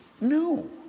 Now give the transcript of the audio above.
No